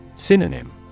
Synonym